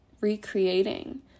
recreating